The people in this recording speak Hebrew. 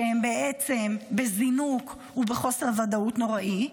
שהן בעצם בזינוק ובחוסר ודאות נוראי.